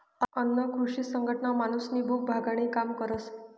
अन्न कृषी संघटना माणूसनी भूक भागाडानी काम करस